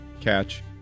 catch